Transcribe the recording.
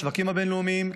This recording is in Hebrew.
לשווקים הבין-לאומיים,